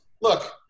look